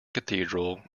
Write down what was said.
cathedral